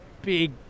big